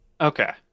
Okay